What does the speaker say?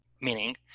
Meaning